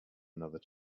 another